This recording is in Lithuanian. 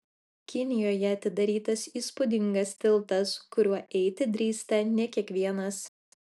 kinijoje atidarytas įspūdingas tiltas kuriuo eiti drįsta ne kiekvienas